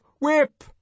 Whip